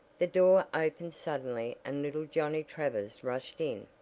the door opened suddenly and little johnnie travers rushed in.